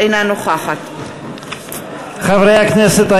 אינה נוכחת חברי הכנסת,